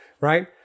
right